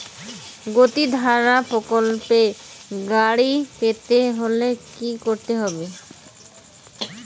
গতিধারা প্রকল্পে গাড়ি পেতে হলে কি করতে হবে?